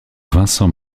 vincent